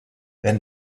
wenn